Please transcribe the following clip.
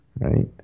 right